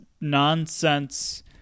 nonsense